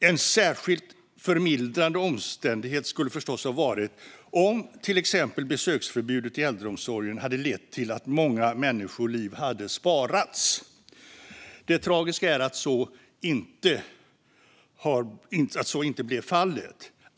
En särskilt förmildrande omständighet skulle förstås ha varit om till exempel besöksförbudet i äldreomsorgen hade lett till att många människoliv hade sparats. Det tragiska är att så inte blev fallet.